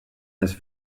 this